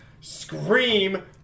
Scream